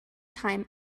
time